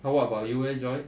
well what about you leh joy